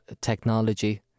technology